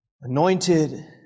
anointed